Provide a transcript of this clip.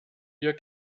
wir